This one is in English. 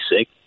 sick